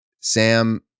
Sam